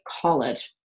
College